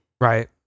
Right